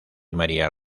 maría